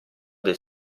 del